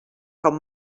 com